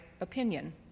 opinion